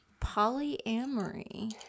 polyamory